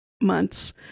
months